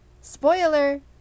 spoiler